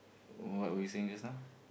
what were you saying just now